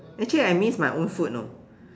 actually I miss my own food you know